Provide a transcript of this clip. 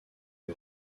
lui